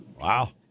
Wow